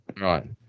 Right